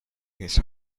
his